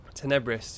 Tenebris